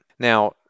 Now